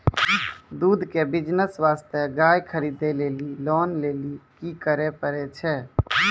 दूध के बिज़नेस वास्ते गाय खरीदे लेली लोन लेली की करे पड़ै छै?